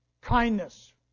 kindness